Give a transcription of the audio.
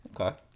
Okay